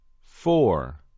four